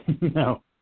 No